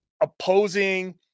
opposing